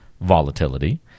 volatility